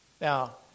Now